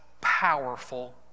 powerful